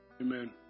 Amen